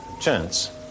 chance